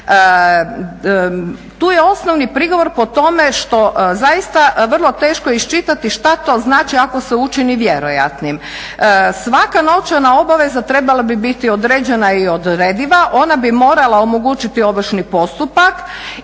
Tu je osnovni prigovor po tome što zaista je vrlo teško iščitati što to znači ako se učini vjerojatnim? Svaka novčana obaveza trebala bi biti određena i odrediva, ona bi morala omogućiti ovršni postupak